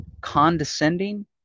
condescending